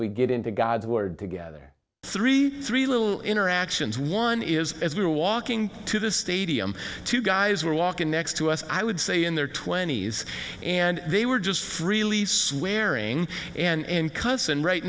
we get into god's word together three three little interactions one is as we were walking to the stadium two guys were walking next to us i would say in their twenty's and they were just freely swearing and cuss and right